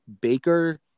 Baker